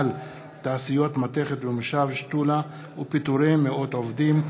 תעשיות מתכת במושב שתולה ופיטורי מאות עובדים.